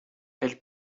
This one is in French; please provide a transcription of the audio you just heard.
elle